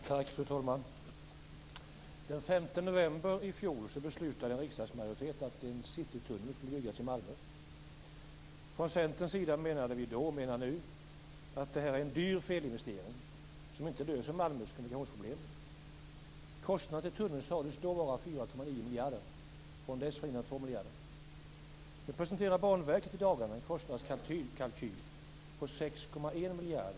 Fru talman! Den 5 november i fjol beslutade riksdagsmajoriteten att en citytunnel skulle byggas i Malmö. Från Centerns sida menade vi då och menar nu att det här är en dyr felinvestering som inte löser Malmös kommunikationsproblem. Kostnaden för tunneln sades då vara 4,9 miljarder - dessförinnan var den 2 miljarder. Banverket presenterade i dagarna en kostnadskalkyl på 6,1 miljarder.